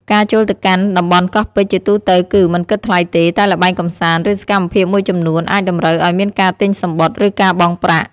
ការចូលទៅកាន់តំបន់កោះពេជ្រជាទូទៅគឺ មិនគិតថ្លៃទេ តែល្បែងកម្សាន្ត ឬសកម្មភាពមួយចំនួនអាចតម្រូវឱ្យមានការទិញសំបុត្រ ឬការបង់ប្រាក់។